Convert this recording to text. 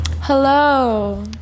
Hello